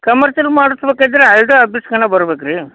commercial ಮಾಡಿಸಬೇಕಾದ್ರ R T O ಆಪೀಸ್ಗೇನ ಬರ್ಬೇಕು ರೀ